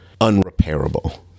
unrepairable